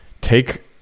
take